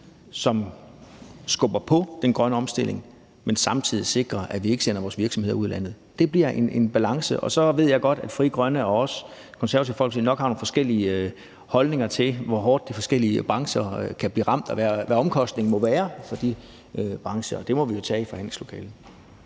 som skubber på den grønne omstilling, men samtidig sikrer, at vi ikke sender vores virksomheder ud af landet. Det bliver en balancegang. Så ved jeg godt, at Frie Grønne og vi i Det Konservative Folkeparti nok har nogle forskellige holdninger til, hvor hårdt de forskellige brancher kan blive ramt, og hvad omkostningen må være for de brancher. Det må vi jo tage i forhandlingslokalet.